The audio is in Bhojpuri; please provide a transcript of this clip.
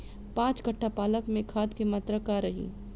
पाँच कट्ठा पालक में खाद के मात्रा का रही?